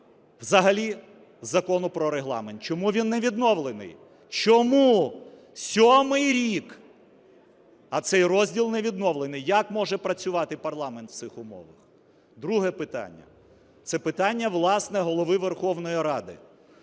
взагалі з Закону про Регламент. Чому він не відновлений? Чому сьомий рік, а цей розділ не відновлений? Як може працювати парламент в цих умовах? Друге питання – це питання, власне, Голови Верховної Ради.